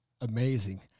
amazing